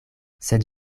sed